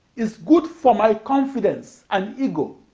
is good for my confidence and ego.